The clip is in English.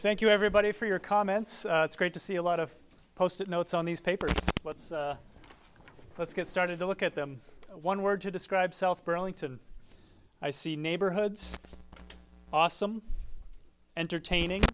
thank you everybody for your comments it's great to see a lot of post it notes on these papers what's let's get started to look at them one word to describe south burlington i see neighborhoods awesome entertaining